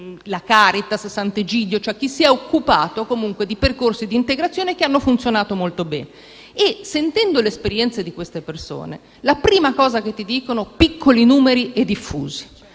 la comunità di Sant'Egidio, e cioè chi si è occupato di percorsi di integrazione che hanno funzionato molto bene. Ascoltando l'esperienza di quelle persone, la prima cosa che dicono è: piccoli numeri e diffusi.